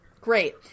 Great